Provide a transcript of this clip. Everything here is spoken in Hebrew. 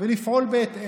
ולפעול בהתאם.